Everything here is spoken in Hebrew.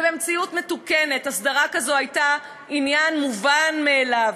ובמציאות מתוקנת הסדרה כזו הייתה עניין מובן מאליו.